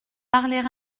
parler